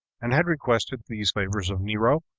and had requested these favors of nero,